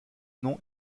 nom